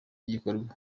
igikorwa